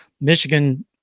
Michigan